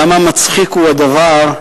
כמה מצחיק הדבר.